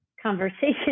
conversation